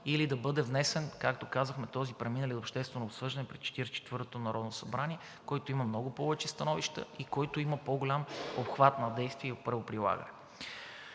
или да бъде внесен, както казахме, този преминалият обществено обсъждане при Четиридесет и четвъртото народно събрание, който има много повече становища и който има по-голям обхват на действие и правоприлагане.